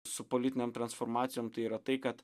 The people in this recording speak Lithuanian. su politinėm transformacijom tai yra tai kad